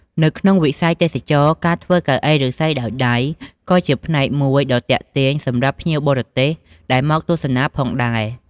នៅក្នុងវិស័យទេសចរណ៍ ការធ្វើកៅអីឫស្សីដោយដៃ ក៏អាចជាផ្នែកមួយដ៏ទាក់ទាញសម្រាប់ភ្ញៀវបរទេសដែលមកទស្សនាផងដែរ។